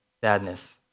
sadness